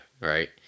right